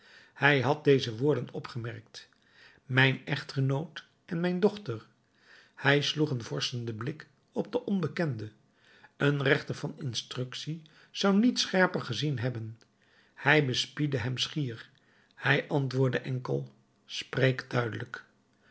hij had deze woorden opgemerkt mijn echtgenoot en mijn dochter hij sloeg een vorschenden blik op den onbekende een rechter van instructie zou niet scherper gezien hebben hij bespiedde hem schier hij antwoordde enkel spreek duidelijk